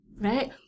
right